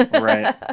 right